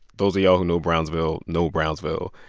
those of y'all who know brownsville know brownsville.